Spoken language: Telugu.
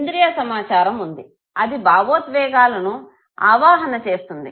ఇంద్రియ సమాచారం ఉంది అది భావోద్వేగాలను ఆవాహన చేస్తుంది